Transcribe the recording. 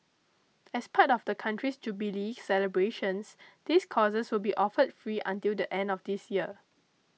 as part of the country's jubilee celebrations these courses will be offered free until the end of this year